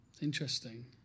Interesting